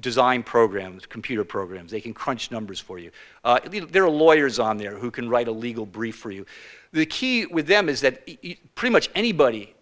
design programs computer programs they can crunch numbers for you there are lawyers on there who can write a legal brief for you the key with them is that pretty much anybody